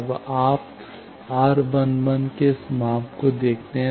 अब आप R11 के इस माप को देखते हैं